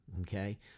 okay